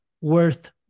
worth